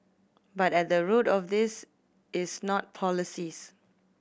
but at the root of this is not policies